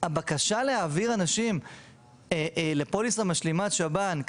הבקשה להעביר אנשים לפוליסת משלימת שב"ן,